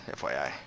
FYI